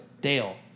Dale